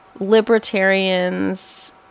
libertarians